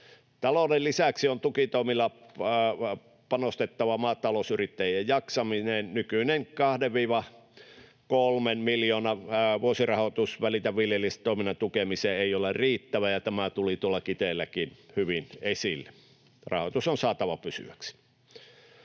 Talouden lisäksi on tukitoimilla panostettava maatalousyrittäjien jaksamiseen. Nykyinen 2—3 miljoonan vuosirahoitus Välitä viljelijästä ‑toiminnan tukemiseen ei ole riittävä, ja tämä tuli tuolla Kiteelläkin hyvin esille. Rahoitus on saatava pysyväksi.